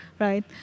Right